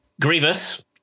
Grievous